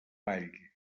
vall